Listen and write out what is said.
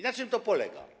Na czym to polega?